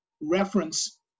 reference